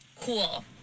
cool